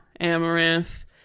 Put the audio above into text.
Amaranth